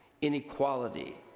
inequality